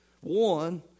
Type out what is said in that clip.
One